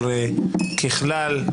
אבל ככלל,